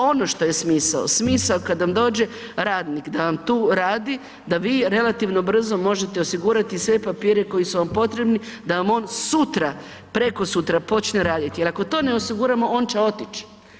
Ono što je smisao, smisao kad vam dođe radnik da vam tu radi, da vi relativno brzo možete osigurati sve papire koji su vam potrebni da vam on sutra, prekosutra počne raditi jer ako to ne osiguramo on će otići.